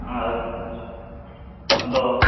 ᱟᱪᱷᱟ ᱟᱫᱚ